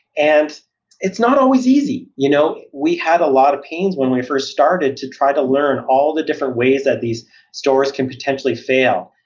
and it's not always easy. you know we had a lot of pains when we first started to try to learn all the different ways that these stores can potentially fail.